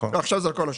לא, עכשיו זה לכל השנה.